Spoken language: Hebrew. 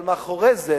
אבל מאחורי זה,